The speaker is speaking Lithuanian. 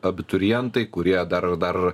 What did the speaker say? abiturientai kurie dar dar